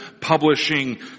publishing